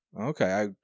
Okay